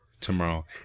tomorrow